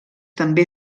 també